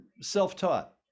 self-taught